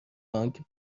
آنکه